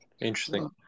Interesting